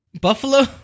Buffalo